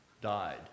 died